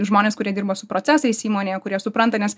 žmonės kurie dirba su procesais įmonėje kurie supranta nes